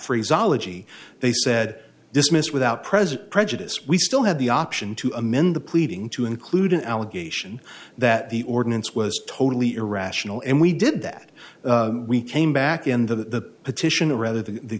rizal e g they said this miss without present prejudice we still have the option to amend the pleading to include an allegation that the ordinance was totally irrational and we did that we came back in the petition rather than the